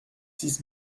six